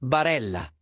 Barella